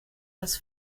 das